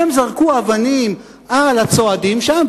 הם זרקו אבנים על הצועדים שם,